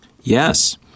Yes